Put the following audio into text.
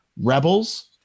rebels